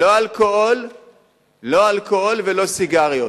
לא אלכוהול ולא סיגריות.